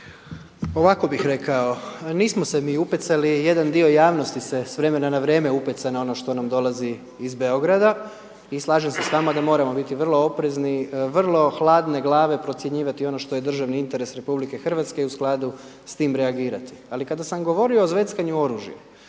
Ovako bih rekao, nismo se mi upecali jedan dio javnosti se s vremena na vrijeme upeca na ono što nam dolazi iz Beograda i slažem se s vama da moramo biti vrlo oprezni, vrlo hladne glave procjenjivati ono što je državni interes RH i u skladu s tim reagirati. Ali kada sam govorio o zveckanju oružja,